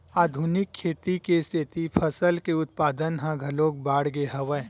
आधुनिक खेती के सेती फसल के उत्पादन ह घलोक बाड़गे हवय